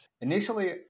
Initially